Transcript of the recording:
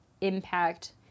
impact